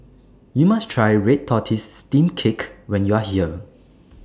YOU must Try Red Tortoise Steamed Cake when YOU Are here